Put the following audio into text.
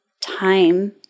time